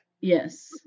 yes